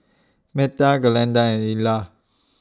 Metha Glenda and Illa